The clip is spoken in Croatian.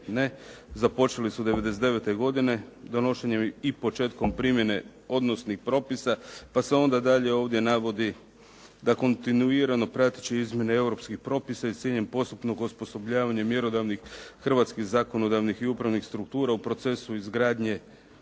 Započeli su '99. godine s donošenjem i početkom primjene odnosnih propisa, pa se onda dalje ovdje navodi da kontinuirano prateći izmjene europskih propisa i s ciljem postupnog osposobljavanja mjerodavnih hrvatskih zakonodavnih i upravnih struktura u procesu izgradnje